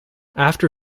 after